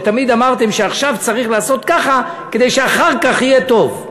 תמיד אמרתם שעכשיו צריך לעשות כך כדי שאחר כך יהיה טוב.